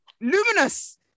Luminous